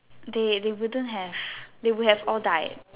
they they wouldn't have they would have all died